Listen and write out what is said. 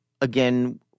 again